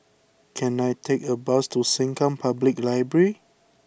can I take a bus to Sengkang Public Library